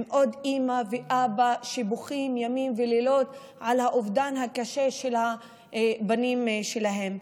עם עוד אבא ואימא שבוכים ימים ולילות בגלל האובדן הקשה של הבנים שלהם.